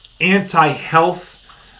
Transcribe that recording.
anti-health